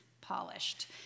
polished